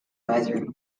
misery